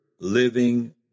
living